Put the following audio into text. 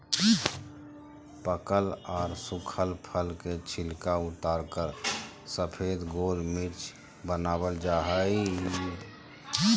पकल आर सुखल फल के छिलका उतारकर सफेद गोल मिर्च वनावल जा हई